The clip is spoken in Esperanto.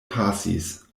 pasis